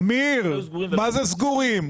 אמיר, מה זה סגורים?